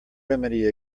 remedy